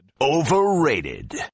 Overrated